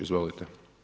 Izvolite.